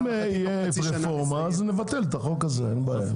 אם תהיה רפורמה אז נבטל את החוק הזה, אין בעיה.